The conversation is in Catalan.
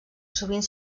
sovint